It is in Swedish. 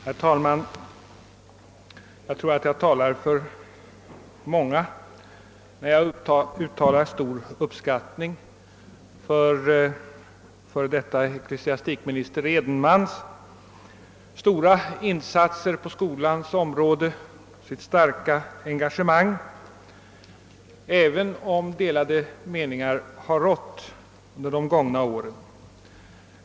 Herr talman! Jag tror att jag talar för många när jag uttalar stor uppskattning av förre ecklesiastikminister Edenmans stora insatser på skolans område och för hans starka engagemang, även om delade uppfattningar har rått i dessa frågor under de gångna åren.